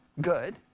good